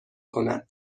کنن